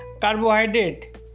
carbohydrate